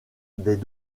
des